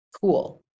cool